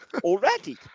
Already